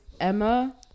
Emma